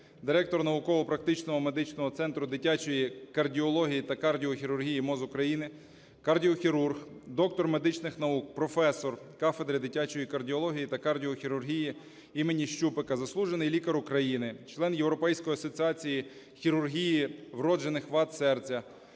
директор Науково-практичного медичного центру дитячої кардіології та кардіохірургії МОЗ України, кардіохірург, доктор медичних наук, професор кафедри дитячої кардіології та кардіохірургії імені Шупика, заслужений лікар України, член Європейської асоціація хірургії вроджених вад серця